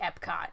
Epcot